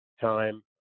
time